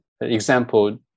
example